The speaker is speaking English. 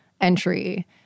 entry